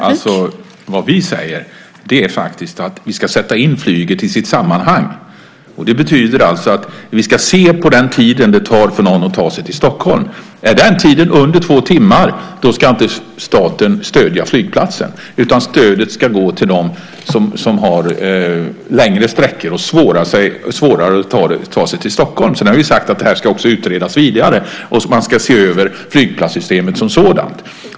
Fru talman! Vad vi säger är att vi ska sätta in flyget i sitt sammanhang. Det betyder alltså att vi ska se på den tid som det tar för någon att ta sig till Stockholm. Om den tiden är mindre än två timmar ska staten inte stödja flygplatsen, utan stödet ska gå till dem som har längre restid och svårare att ta sig till Stockholm. Sedan har vi sagt att detta ska utredas vidare och att man ska se över flygplatssystemet som sådant.